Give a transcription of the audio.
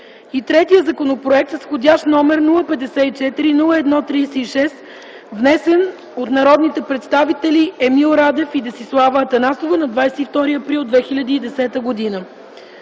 и третият законопроект е с вх. № 054-01-36, внесен от народните представители Емил Радев и Десислава Атанасова на 22 април 2010 г.